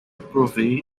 provei